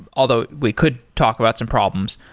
although we could talk about some problems.